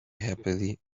happily